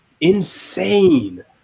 insane